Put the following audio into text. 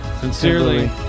Sincerely